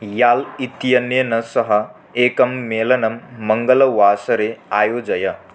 याल् इत्यनेन सह एकं मेलनं मङ्गलवासरे आयोजय